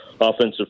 offensive